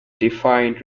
defined